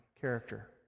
character